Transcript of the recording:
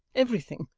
everything,